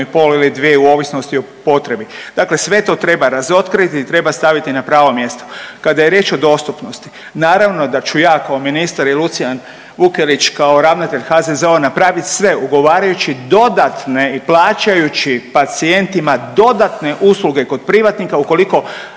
pol ili 2 i ovisnosti o potrebi. Dakle sve to treba razotkriti, treba staviti na pravo mjesto. Kada je riječ o dostupnosti, naravno da ću ja kao ministar i Lucijan Vukelić kao ravnatelj HZZO-a napraviti sve, ugovarajući dodatne i plaćajući pacijentima dodatne usluge kod privatnika ukoliko